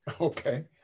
Okay